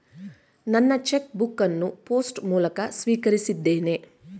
ನನ್ನ cheque book ಅನ್ನು post ಮೂಲಕ ಸ್ವೀಕರಿಸಿದ್ದೇನೆ